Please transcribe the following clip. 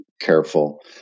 careful